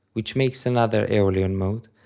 which makes another aeolian mode,